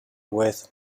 with